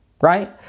Right